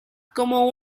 como